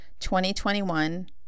2021